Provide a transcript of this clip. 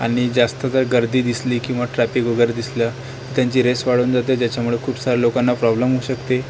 आणि जास्त जर गर्दी दिसली किंवा ट्रॅफिक वगैरे दिसलं तर त्यांची रेस वाढून जाते ज्याच्यामुळं खूप साऱ्या लोकांना प्रॉब्लम होऊ शकते